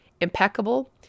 impeccable